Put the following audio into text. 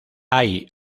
hay